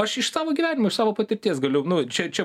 aš iš savo gyvenimo iš savo patirties galiu nu čia čia